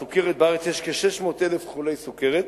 סוכרת, בארץ יש כ-600,000 חולי סוכרת,